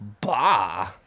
Bah